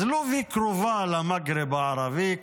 אז לוב היא קרובה למגרב הערבי,